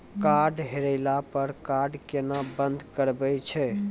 Card हेरैला पर card केना बंद करबै छै?